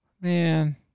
Man